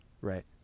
right